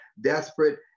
desperate